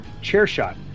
CHAIRSHOT